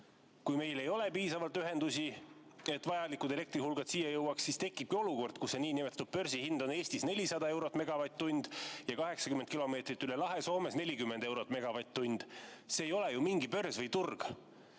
Kui meil ei ole piisavalt ühendusi, et vajalikud elektrihulgad siia jõuaks, siis tekibki olukord, kus see niinimetatud börsihind on Eestis 400 eurot megavatt-tunni kohta ja 80 kilomeetrit üle lahe Soomes 40 eurot megavatt-tunni kohta. See ei ole ju mingi börs.